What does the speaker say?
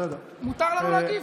מותר לנו להגיב?